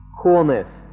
coolness